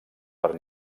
per